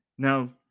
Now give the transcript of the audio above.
Now